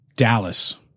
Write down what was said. Dallas